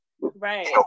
Right